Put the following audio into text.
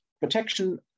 Protection